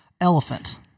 Elephant